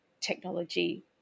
technology